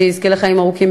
שיזכה לחיים ארוכים,